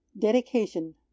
Dedication